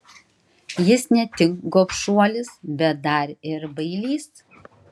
jis ne tik gobšuolis bet dar ir bailys